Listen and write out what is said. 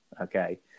Okay